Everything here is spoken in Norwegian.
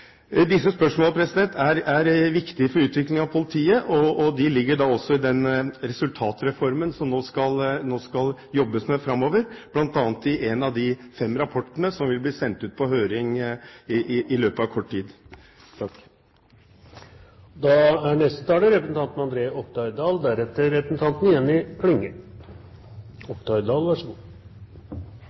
Disse spørsmålene er viktige for utviklingen av politiet. Dette ligger også i den resultatreformen som det nå skal jobbes med framover, bl.a. i en av de fem rapportene som vil bli sendt ut på høring i løpet av kort tid. Først et spørsmål til statsråden, om sivilt ansatte noen gang har vært en nødløsning. Det var helt nye toner. Så